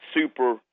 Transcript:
Super